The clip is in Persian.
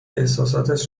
احساساتش